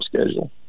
schedule